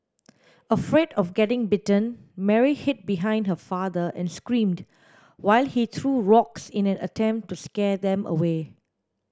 afraid of getting bitten Mary hid behind her father and screamed while he threw rocks in an attempt to scare them away